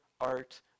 art